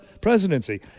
presidency